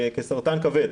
כסרטן כבד.